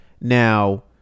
Now